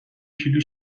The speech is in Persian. کیلو